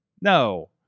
No